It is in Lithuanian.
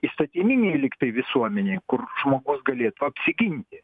įstatyminėj lygtai visuomenėj kur žmogus galėtų apsiginti